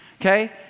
okay